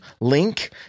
Link